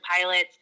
pilots